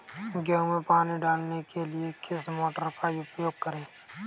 गेहूँ में पानी डालने के लिए किस मोटर का उपयोग करें?